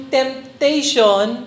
temptation